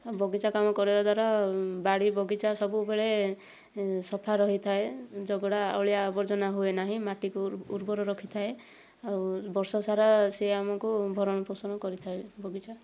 ବଗିଚା କାମ କରିବା ଦ୍ଵାରା ବାଡ଼ି ବଗିଚା ସବୁବେଳେ ସଫା ରହିଥାଏ ଜଗଡ଼ା ଅଳିଆ ଆବର୍ଜନା ହୁଏ ନାହିଁ ମାଟିକୁ ଉର୍ବର ରଖିଥାଏ ଆଉ ବର୍ଷ ସାରା ସିଏ ଆମକୁ ଭରଣ ପୋଷଣ କରିଥାଏ ବଗିଚା